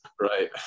Right